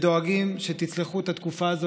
ודואגים שיצלחו את התקופה הזאת,